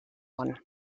one